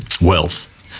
wealth